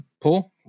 Paul